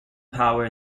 power